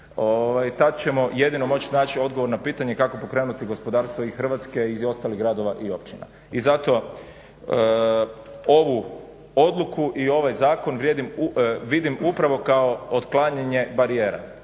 tad ćemo jedino moći naći odgovor na pitanje kako pokrenuti gospodarstvo i Hrvatske i ostalih gradova i općina. I zato ovu odluku i ovaj zakon vidim upravo kao otklanjanje barijera.